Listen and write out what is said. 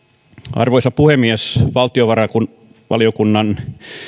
arvoisa puhemies valtiovarainvaliokunnan